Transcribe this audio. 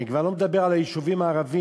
אני כבר לא מדבר על היישובים הערביים,